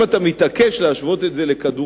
אם אתה מתעקש להשוות את זה לכדורגל,